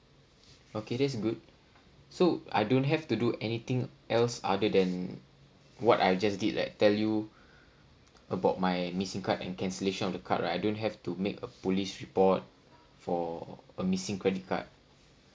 okay that's good so I don't have to do anything else other than what I just did like tell you about my missing card and cancellation of the card right I don't have to make a police report for a missing credit card